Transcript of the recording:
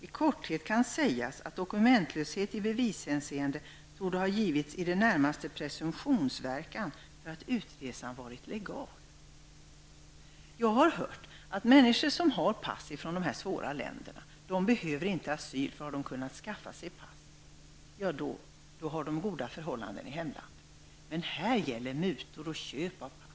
I korthet kan sägas att dokumentlöshet i bevishänseende torde ha givits i det närmaste presumtionsverkan för att utresan varit legal.'' Jag har hört sägas att människor som har pass från dessa länder med svåra förhållanden inte behöver asyl, eftersom de har kunnat skaffa sig pass och då torde ha goda förhållanden i hemlandet. Men här gäller mutor och köp av pass.